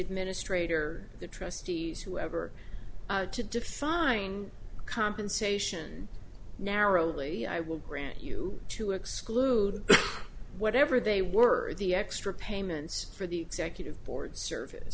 administrator of the trustees whoever to define compensation narrowly i will grant you to exclude whatever they were the extra payments for the executive board service